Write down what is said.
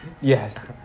yes